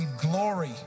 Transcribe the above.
glory